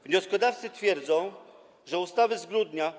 Wnioskodawcy twierdzą, że ustawa z grudnia.